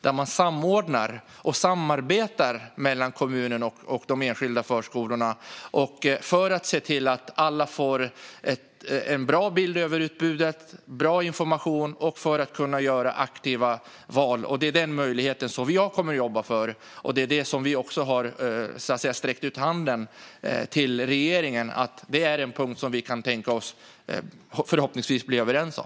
Där samordnar och samarbetar man mellan kommunen och de enskilda förskolorna för att se till att alla får en bra bild över utbudet och bra information för att kunna göra aktiva val. Den är den möjligheten som jag kommer att jobba för. Det är också det som vi har sträckt ut handen för till regeringen. Det är en punkt som vi kan tänka oss att förhoppningsvis bli överens om.